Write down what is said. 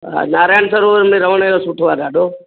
नारायण सरोवर में रहण जो सुठो आहे ॾाढो